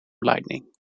lightning